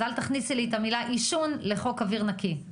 אז אל תכניסי לי את המילה עישון לחוק אוויר נקי.